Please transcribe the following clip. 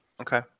Okay